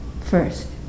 first